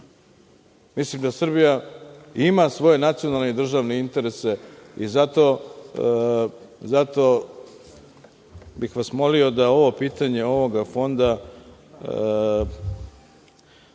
Mislim da Srbija ima svoje nacionalne i državne interese i zato bih vas molio da ovo pitanje, ovoga fonda